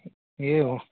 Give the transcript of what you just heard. ए हो